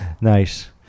Nice